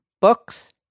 books